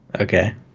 Okay